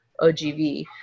OGV